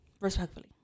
Respectfully